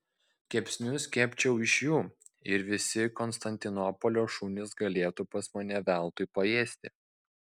kepsnius kepčiau iš jų ir visi konstantinopolio šunys galėtų pas mane veltui paėsti